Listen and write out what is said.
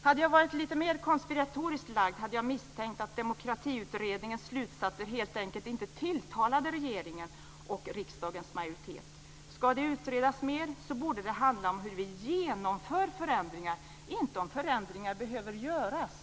Hade jag varit lite mer konspiratoriskt lagd skulle jag ha misstänkt att Demokratiutredningens slutsatser helt enkelt inte tilltalade regeringen och riksdagens majoritet. Ska det utredas mer borde det handla om hur vi genomför förändringar, inte om ifall förändringar behöver göras.